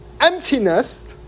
emptiness